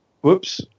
whoops